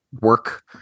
work